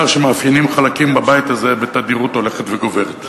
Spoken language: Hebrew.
שמאפיינים חלקים בבית הזה בתדירות הולכת וגוברת.